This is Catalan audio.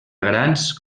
grans